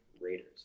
Raiders